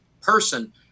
person